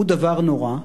הוא דבר נורא,